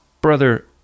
brother